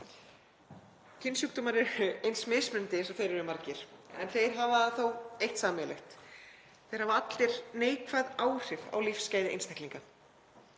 Kynsjúkdómar er eins mismunandi og þeir eru margir en þeir eiga þó eitt sameiginlegt, þeir hafa allir neikvæð áhrif á lífsgæði einstaklinga,